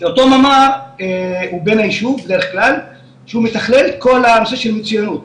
אותו ממ"ר הוא בן היישוב בדרך כלל שהוא מתכלל את כל הנושא של מצוינות,